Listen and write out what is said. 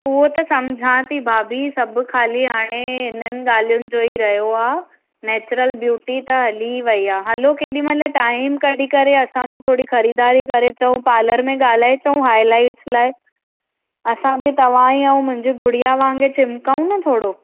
उहो त समुझां थी भाभी सभु खाली हाणे हिननि ॻाल्हियुनि जो ई रहियो आहे नैचुरल ब्यूटी त हली वई आहे हलो केॾीमहिल टाइम कढी करे असां बि थोरी ख़रीदारी करे अचूं पार्लर में ॻाल्हाए अचूं हाइलाइट्स लाइ असां बि तव्हां जी ऐं मुंहिंजी गुड़िया वांगुरु चिमकऊं न थोरो